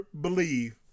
believe